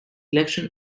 election